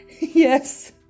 yes